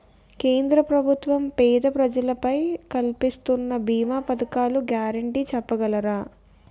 కేంద్ర ప్రభుత్వం పేద ప్రజలకై కలిపిస్తున్న భీమా పథకాల గ్యారంటీ చెప్పగలరా?